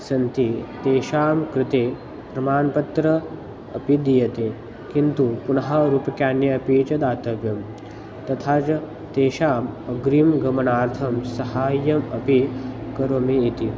सन्ति तेषां कृते प्रमाणपत्रम् अपि दीयते किन्तु पुनः रूप्यकाणि अपि च दातव्यं तथा च तेषाम् अग्रे गमनार्थं सहायम् अपि करोमि इति